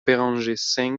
bérenger